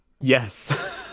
yes